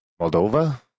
Moldova